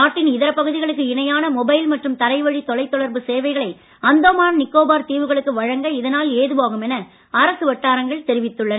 நாட்டின் இதர பகுதிகளுக்கு இணையான மொபைல் மற்றும் தரைவழி தொலைதொடர்பு சேவைகளை அந்தமான் நிக்கோபார் தீவுகளுக்கும் வழங்க இதனால் ஏதுவாகும் என அரசு வட்டாரங்கள் தெரிவித்துள்ளன